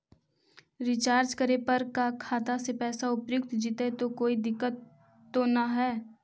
Recharge करे पर का खाता से पैसा उपयुक्त जितै तो कोई दिक्कत तो ना है?